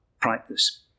practice